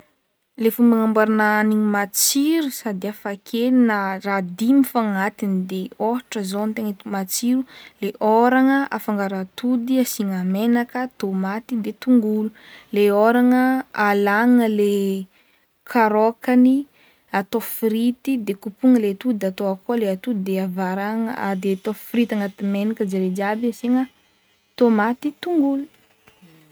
Le fomba hagnamboarana hanigny matsiro sady hafakely na raha dimy fao agnatiny de ôhatra zao ny tegna itako matsiro le ôragna afangaro atody asiagna menaka, tomaty de tongolo, le ôragna alagna le karaokany atao frity de kopohigna le atody de atao akao le atody de avarahagna de atao frity de agnaty menaka zare jiaby asiagna tomaty, tongolo.